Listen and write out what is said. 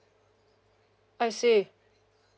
I see